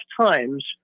times